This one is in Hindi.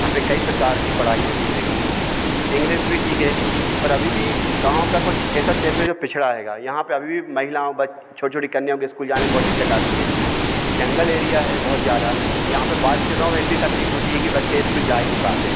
हाँ पे कई प्रकार की पढ़ाई होती हैगी इंग्लिस भी ठीक है पर अभी भी गाँव का कुछ ऐसा क्षेत्र है जो पिछड़ा हैगा यहाँ पे अभी भी महिलाओं छोटी छोटी कन्याओं के इस्कूल जाने में बहुत दिक्कत आती है जंगल एरिया है बहुत ज़्यादा यहाँ पे बाज के गाँव में इतनी तकलीफ़ होती है कि बच्चे इस्कूल जा ही नहीं पाते